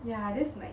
ya that's like